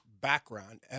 background